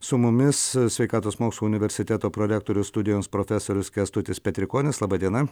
su mumis sveikatos mokslų universiteto prorektorius studijoms profesorius kęstutis petrikonis laba diena